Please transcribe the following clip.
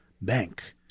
Bank